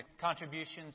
contributions